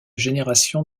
génération